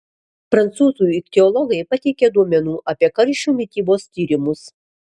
prancūzų ichtiologai pateikė duomenų apie karšių mitybos tyrimus